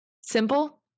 Simple